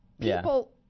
people